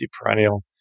Perennial